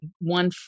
one